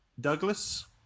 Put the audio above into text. douglas